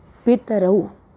पितरौ